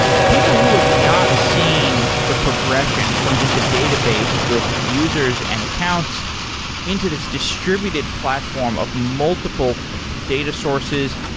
people who have not seen the progression from just a database with users and accounts into this distributed platform of multiple data sources,